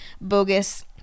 bogus